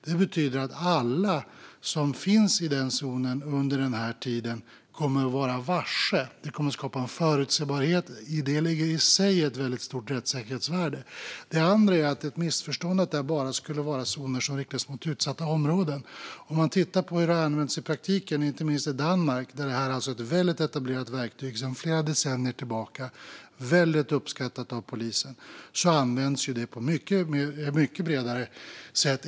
Det betyder att alla som finns i den zonen under den tiden kommer att vara varse. Det kommer att skapa en förutsebarhet. I det ligger i sig ett väldigt stort rättssäkerhetsvärde. Det andra är att det är ett missförstånd att det bara skulle vara zoner som riktas mot utsatta områden. Om man tittar på hur det används i praktiken, inte minst i Danmark, är det ett väldigt etablerat verktyg sedan flera decennier tillbaka och väldigt uppskattat av polisen. I Danmark används det på ett mycket bredare sätt.